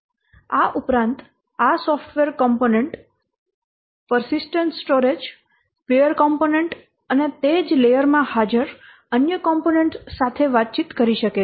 આ ઉપરાંત આ software component persistent storage peer component અને તે જ લેયર માં હાજર અન્ય કૉમ્પોનેન્ટ્સ સાથે વાતચીત કરી શકે છે